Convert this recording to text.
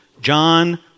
John